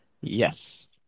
Yes